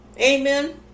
Amen